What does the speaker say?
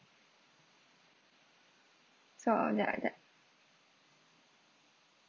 so tha~ that